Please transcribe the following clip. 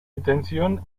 intención